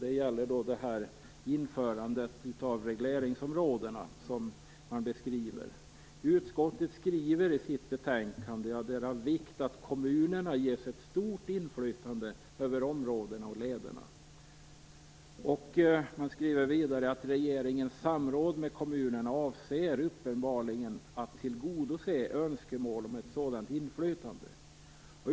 Det gäller det införande av regleringsområden som beskrivs. Utskottet skriver i sitt betänkande att det är av vikt att kommunerna ges ett stort inflytande över områdena och lederna. Man skriver vidare att regeringens samråd med kommunerna uppenbarligen avser att tillgodose önskemål om ett sådant inflytande.